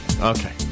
Okay